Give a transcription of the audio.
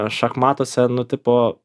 šachmatuose nu tipo